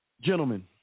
Gentlemen